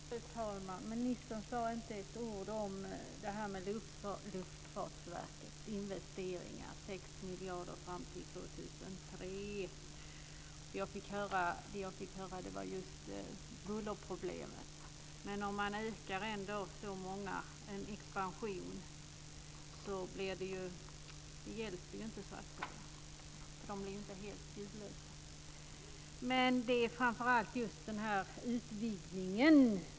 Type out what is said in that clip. Fru talman! Ministern sade inte ett ord om det här med Luftfartsverkets investeringar, 6 miljarder fram till 2003. Det jag fick höra gällde just bullerproblemet. Men om det blir en sådan här expansion så hjälper ju inte detta. Flygen blir ju inte helt ljudlösa. Det gäller framför allt den här utvidgningen.